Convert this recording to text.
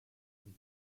die